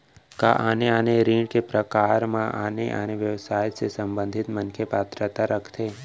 का आने आने ऋण के प्रकार म आने आने व्यवसाय से संबंधित मनखे पात्रता रखथे?